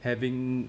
having